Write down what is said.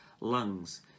lungs